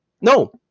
No